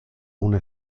una